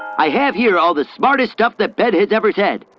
i have here all the smartest stuff that ben has ever said.